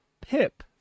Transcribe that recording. Pip